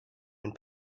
and